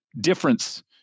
difference